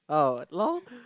oh lol